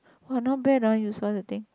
!wah! not bad ah you saw the thing